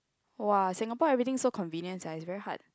!whoa! Singapore everything so convenient sia it's very hard